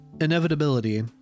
Inevitability